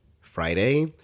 Friday